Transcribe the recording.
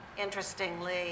interestingly